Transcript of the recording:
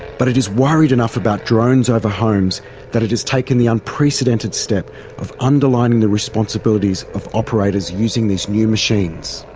but it is worried enough about drones over homes that it has taken the unprecedented step of underlining the responsibilities of operators using these new machines.